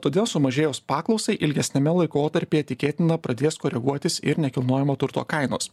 todėl sumažėjos paklausai ilgesniame laikotarpyje tikėtina pradės koreguotis ir nekilnojamo turto kainos